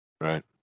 Right